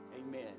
Amen